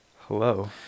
Hello